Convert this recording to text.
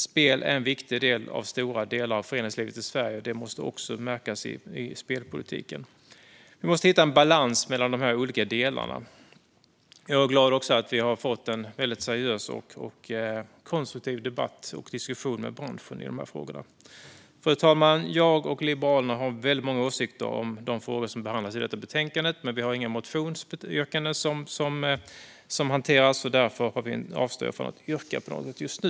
Spel är en viktig del av stora delar av föreningslivet i Sverige, och det måste också märkas i spelpolitiken. Vi måste hitta en balans mellan dessa olika delar. Jag är glad att vi har fått en seriös och konstruktiv debatt och diskussion med branschen i de här frågorna. Fru talman! Jag och Liberalerna har väldigt många åsikter om de frågor som behandlas i detta betänkande, men vi har inga motionsyrkanden som hanteras. Därför avstår jag från att yrka på någonting just nu.